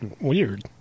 Weird